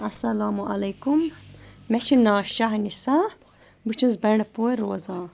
اَلسَلامُ علیکُم مےٚ چھُ ناو شاہ نِسا بہٕ چھَس بَنڈپورِ روزان